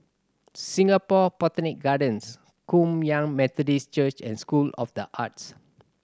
Singapore Botanic Gardens Kum Yan Methodist Church and School of The Arts